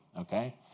Okay